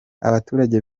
abaturage